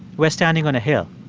we're standing on a hill.